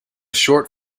short